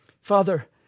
father